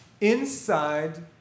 inside